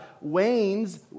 wanes